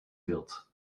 wird